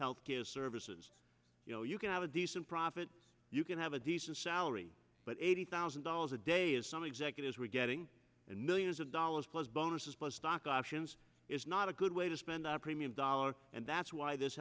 health care services you know you can have a decent profit you can have a decent salary but eighty thousand dollars a day is some executives were getting and millions of dollars plus bonuses plus stock options is not a good way to spend our premium dollars and that's why this